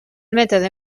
mètode